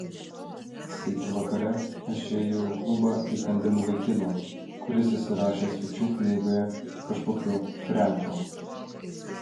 sykį vakare aš įėjau į klubą įkandin vaikino kuris įsirašė svečių knygoje kažkokiu frenku